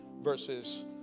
verses